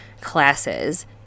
classes